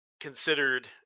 considered